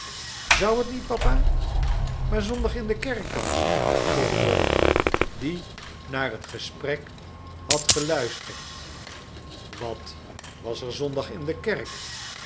zou het niet papa maar zondag in de kerk dan vroeg dolly die naar het gesprek had geluisterd wat was er zondag in de kerk